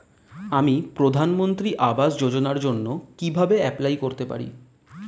আমি প্রধানমন্ত্রী আবাস যোজনার জন্য কিভাবে এপ্লাই করতে পারি?